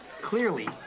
Clearly